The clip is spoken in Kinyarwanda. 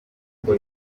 kuko